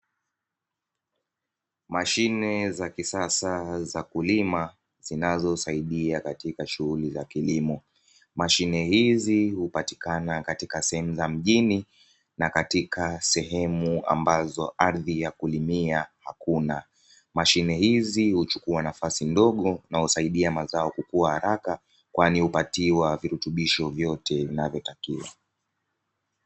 Mashine za kisasa za kulima zinazosaidia katika shughuli za kilimo, mashine hizi hupatikana katika sehemu za mjini na katika sehemu ambazo ardhi ya kulimia hakuna, mashine hizi huchukua nafasi ndogo na husaidia mazao kukua haraka kwani hupatiwa virutubisho vyote vinavyotakiwa.